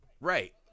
Right